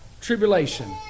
tribulation